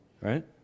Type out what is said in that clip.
right